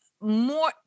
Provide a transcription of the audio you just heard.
more